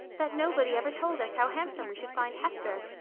that nobody ever told us how handsome we should find hester.